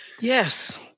Yes